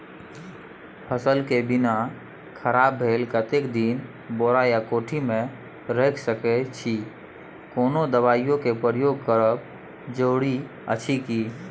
फसल के बीना खराब भेल कतेक दिन बोरा या कोठी मे रयख सकैछी, कोनो दबाईयो के प्रयोग करब जरूरी अछि की?